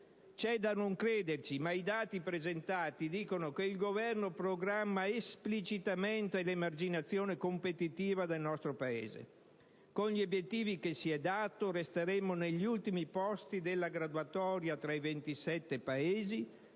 C'è da non crederci, ma i dati presentati dicono che il Governo programma esplicitamente l'emarginazione competitiva del nostro Paese. Con gli obiettivi che si è dato resteremo negli ultimi posti nella graduatoria tra i 27 paesi